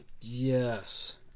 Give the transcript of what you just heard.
Yes